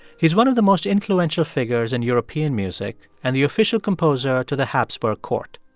he's one of the most influential figures in european music and the official composer to the hapsburg court.